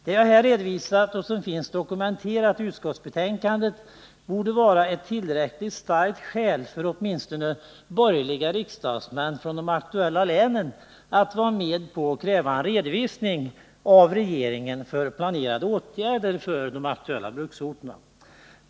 Det som jag här har redovisat och som finns dokumenterat i utskottsbetänkandet borde vara ett tillräckligt starkt skäl för åtminstone borgerliga riksdagsmän från de aktuella länen att ställa sig bakom kravet på att regeringen lämnar en redovisning för planerade åtgärder för de aktuella bruksorterna.